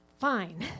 Fine